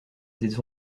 des